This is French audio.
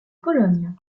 pologne